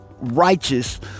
righteous